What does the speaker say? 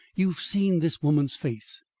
you've seen this woman's face?